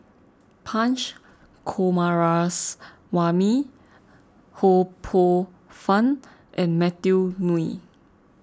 Punch Coomaraswamy Ho Poh Fun and Matthew Ngui